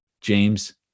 James